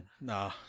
Nah